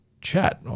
chat